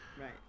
right